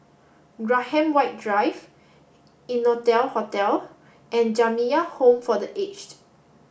Graham White Drive Innotel Hotel and Jamiyah Home for the Aged